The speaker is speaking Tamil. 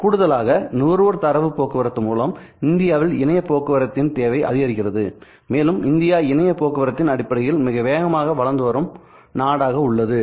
கூடுதலாக நுகர்வோர் தரவு போக்குவரத்து மூலம் இந்தியாவில் இணைய போக்குவரத்தின் தேவை அதிகரிக்கிறது மேலும் இந்தியா இணைய போக்குவரத்தின் அடிப்படையில் மிக வேகமாக வளர்ந்து வரும் நாடாக உள்ளது